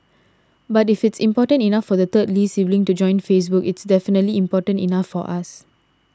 but if it's important enough for the third Lee sibling to join Facebook it's definitely important enough for us